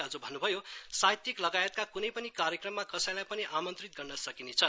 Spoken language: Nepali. अनि भन्नुभयो साहित्यिक लगायतका कुनै पनि कार्यक्रममा कसैलाई पनि आमन्त्रित गर्न सकिनेछ